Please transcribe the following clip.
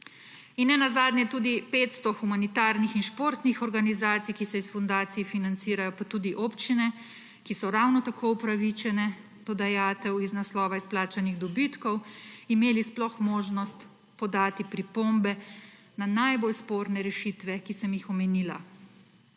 in ne nazadnje tudi 500 humanitarnih in športnih organizacij, ki se iz fundacij financirajo, pa tudi občine, ki so ravno tako upravičene do dajatev iz naslova izplačanih dobitkov, sploh imeli možnost podati pripombe na najbolj sporne rešitve, ki sem jih omenila.